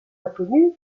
inconnu